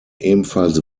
ebenfalls